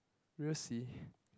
we'll see